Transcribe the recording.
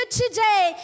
today